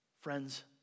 Friends